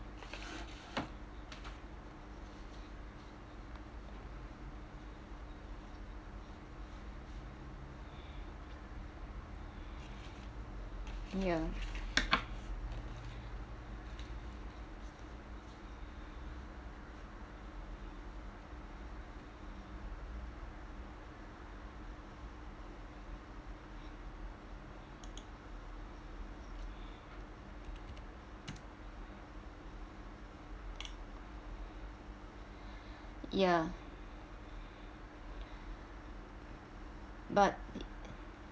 ya ya but